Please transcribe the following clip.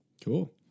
Cool